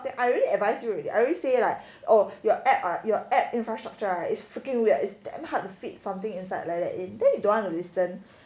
that I really advise you already I already say like oh your app your app infrastructure is freaking weird it's damn hard to feed something inside like that then you don't want to listen